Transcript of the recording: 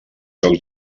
jocs